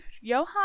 Johann